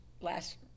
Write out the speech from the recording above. last